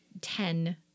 ten